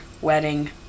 wedding